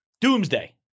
Doomsday